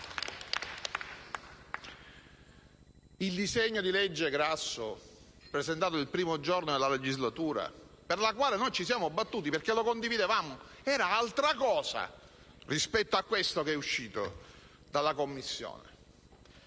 Il disegno di legge Grasso, presentato il primo giorno della legislatura e per il quale noi ci siamo battuti, perché lo condividevamo, era altra cosa rispetto a questo venuto fuori dalla Commissione,